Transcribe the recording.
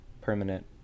permanent